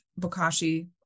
Bokashi